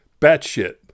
Batshit